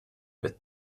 with